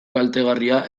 kaltegarria